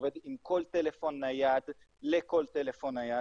שעובד עם כל טלפון נייד לכל טלפון נייד,